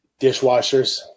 dishwashers